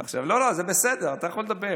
לא, לא, זה בסדר, אתה יכול לדבר.